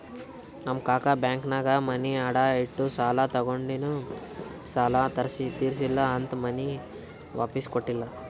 ನಮ್ ಕಾಕಾ ಬ್ಯಾಂಕ್ನಾಗ್ ಮನಿ ಅಡಾ ಇಟ್ಟು ಸಾಲ ತಗೊಂಡಿನು ಸಾಲಾ ತಿರ್ಸಿಲ್ಲಾ ಅಂತ್ ಮನಿ ವಾಪಿಸ್ ಕೊಟ್ಟಿಲ್ಲ